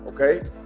okay